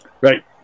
Right